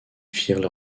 firent